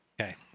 Okay